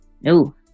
no